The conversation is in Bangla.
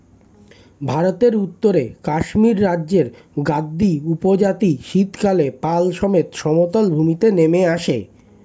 ভারতের উত্তরে কাশ্মীর রাজ্যের গাদ্দী উপজাতি শীতকালে পাল সমেত সমতল ভূমিতে নেমে আসে